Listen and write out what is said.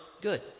good